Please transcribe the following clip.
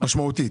משמעותיות.